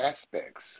aspects